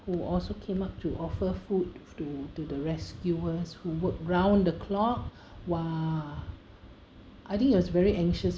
who also came up to offer food to to the rescuers who worked round the clock !wah! I think it was very anxious